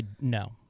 No